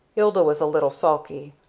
ilda was a little sulky.